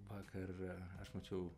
vakar aš mačiau